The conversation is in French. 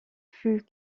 fut